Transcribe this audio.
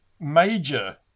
Major